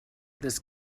this